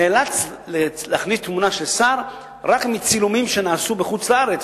נאלץ להכניס תמונה של השר רק מצילומים שנעשו בחוץ-לארץ,